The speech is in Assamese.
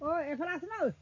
ঐ এইফালে আহচোন ঐ